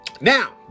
Now